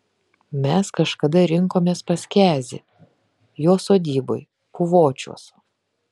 mes kažkada rinkomės pas kezį jo sodyboj puvočiuos